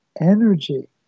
energy